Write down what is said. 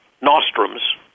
nostrums